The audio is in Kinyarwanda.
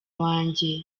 wanjye